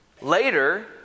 Later